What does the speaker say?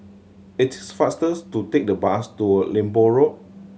it is fastest to take the bus to Lembu Road